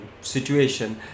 situation